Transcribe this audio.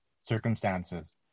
Circumstances